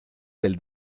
del